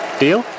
Deal